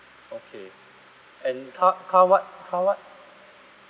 okay and car car what car what